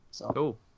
Cool